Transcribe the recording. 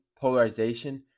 polarization